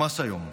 ממש היום,